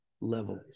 level